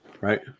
right